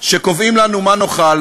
שקובעים לנו מה נאכל,